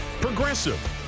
Progressive